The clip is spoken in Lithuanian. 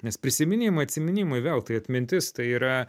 nes prisiminimai atsiminimai vėl tai atmintis tai yra